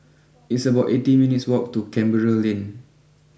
it's about eighteen minutes walk to Canberra Lane